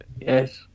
Yes